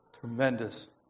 tremendous